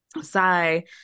Sai